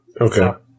Okay